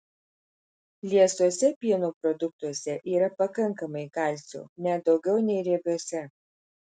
liesuose pieno produktuose yra pakankamai kalcio net daugiau nei riebiuose